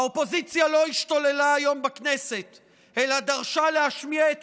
האופוזיציה לא השתוללה היום בכנסת אלא דרשה להשמיע את